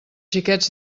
xiquets